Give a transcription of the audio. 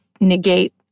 negate